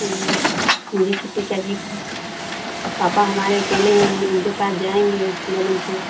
हम्म मुझे छुट्टी चाहिए पापा हमारे अकेले हैं हम उनके साथ जाएँगे बलमपुर